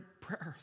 prayers